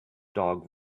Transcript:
dog